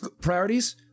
priorities